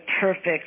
perfect